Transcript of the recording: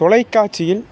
தொலைக்காட்சியில்